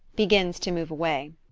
begins to move away.